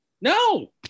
No